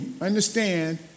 understand